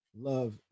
love